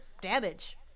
damage